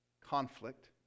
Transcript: conflict